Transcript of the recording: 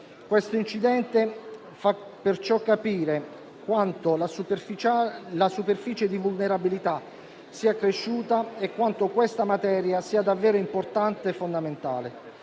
Questo incidente fa perciò capire quanto la superficie di vulnerabilità sia cresciuta e quanto questa materia sia davvero importante e fondamentale.